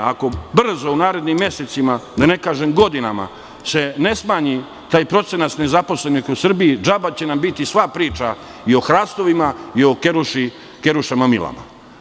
Ako u narednim mesecima, da ne kažem godinama se ne smanji taj procenat nezaposlenih u Srbiji, džaba će nam biti sva priča i o hrastovima i o kerušama Milama.